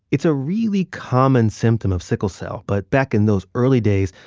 it's a really common symptom of sickle cell. but back in those early days,